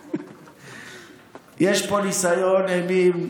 יש פה ניסיון אימים.